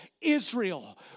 Israel